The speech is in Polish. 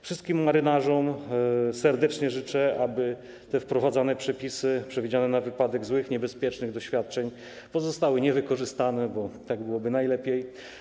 Wszystkim marynarzom serdecznie życzę, aby wprowadzane przepisy przewidziane na wypadek złych, niebezpiecznych doświadczeń pozostały niewykorzystane, bo tak byłoby najlepiej.